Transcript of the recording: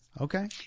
Okay